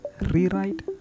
rewrite